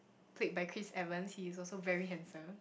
played by Chris-Evans he is also very handsome